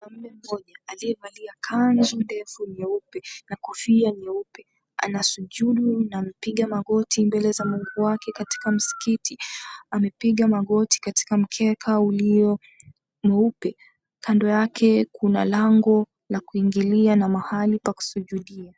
Mwanaume mmoja aliyevalia kanzu ndefu nyeupe na kofia nyeupe, anasujudu na amepiga magoti mbele za mungu wake katika msikiti. Amepiga magoti katika mkeka ulio mweupe, kando yake kuna lango la kuingilia na mahali pakusujudia